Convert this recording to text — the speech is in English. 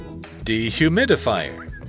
Dehumidifier